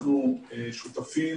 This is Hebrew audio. אנחנו שותפים